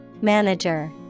Manager